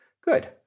Good